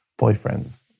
boyfriends